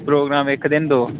programme इक दिन दो